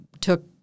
took